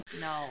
no